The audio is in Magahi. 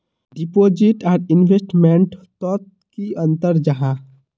डिपोजिट आर इन्वेस्टमेंट तोत की अंतर जाहा?